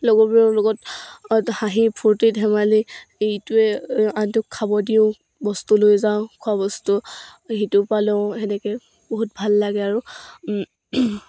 লগৰবোৰৰ লগত হাঁহি ফূৰ্তি ধেমালি ইটোৱে আনটোক খাব দিওঁ বস্তু লৈ যাওঁ খোৱা বস্তু সিটো পালোঁ তেনেকৈ বহুত ভাল লাগে আৰু